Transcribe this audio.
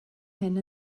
hyn